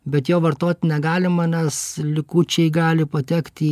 bet jo vartot negalima nes likučiai gali patekti